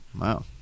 Wow